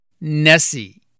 Nessie